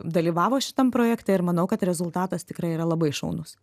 dalyvavo šitam projekte ir manau kad rezultatas tikrai yra labai šaunus